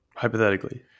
Hypothetically